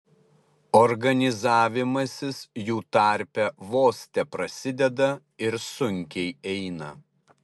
organizavimasis jų tarpe vos teprasideda ir sunkiai eina